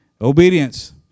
Obedience